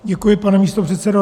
Děkuji, pane místopředsedo.